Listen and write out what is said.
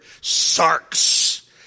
sarks